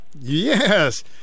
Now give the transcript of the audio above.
Yes